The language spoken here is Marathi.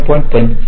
95 होईल